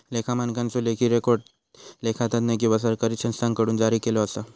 लेखा मानकांचो लेखी रेकॉर्ड लेखा तज्ञ किंवा सरकारी संस्थांकडुन जारी केलो जाता